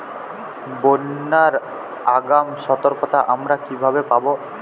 বন্যার আগাম সতর্কতা আমরা কিভাবে পাবো?